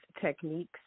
techniques